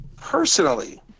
Personally